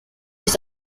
sich